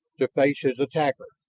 to face his attacker.